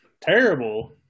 terrible